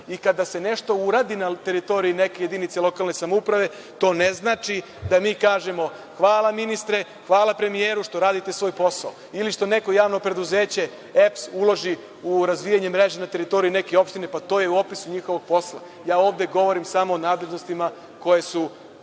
I kada se nešto uradi na teritoriji neke jedinice lokalne samouprave, to ne znači da mi kažemo – hvala ministre, hvala premijeru što radite svoj posao ili što neko javno preduzeće, EPS, uloži u razvijanje mreže na teritoriji neke opštine, pa to je u opisu njihovog posla. Ja ovde govorim samo o nadležnostima koje su